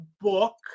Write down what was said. book